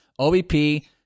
OBP